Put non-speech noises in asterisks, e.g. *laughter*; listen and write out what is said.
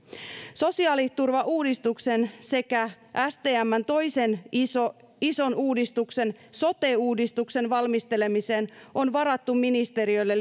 sosiaaliturvauudistuksen sekä stmn toisen ison uudistuksen sote uudistuksen valmistelemiseen on varattu ministeriölle *unintelligible*